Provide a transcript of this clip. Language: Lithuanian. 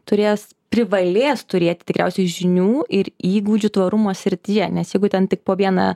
turės privalės turėti tikriausiai žinių ir įgūdžių tvarumo srityje nes jeigu ten tik po vieną